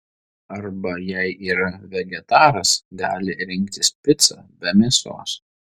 arba jei yra vegetaras gali rinktis picą be mėsos